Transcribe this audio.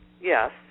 Yes